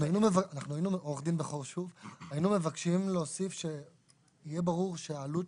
היינו מבקשים להוסיף שיהיה ברור שהעלות